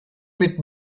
mit